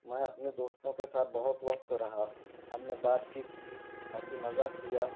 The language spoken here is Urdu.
میں اپنے دوستوں کے ساتھ بہت وقت رہا ہم نے بات چیت کی ہنسی مذاق کیا